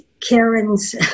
karen's